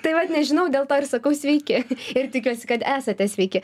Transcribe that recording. tai vat nežinau dėl to ir sakau sveiki ir tikiuosi kad esate sveiki